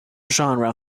genre